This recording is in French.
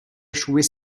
échouer